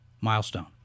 Milestone